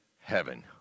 heaven